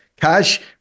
Cash